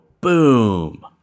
boom